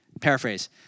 Paraphrase